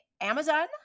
Amazon